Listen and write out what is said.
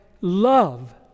love